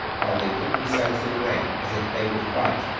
while they put themselves in array as if they would fight,